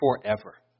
forever